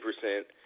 percent